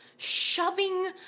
shoving